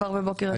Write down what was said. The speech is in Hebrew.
בבוקר הדיון?